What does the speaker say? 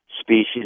species